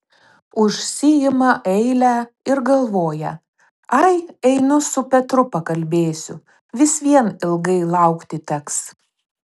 užsiima eilę ir galvoja ai einu su petru pakalbėsiu vis vien ilgai laukti teks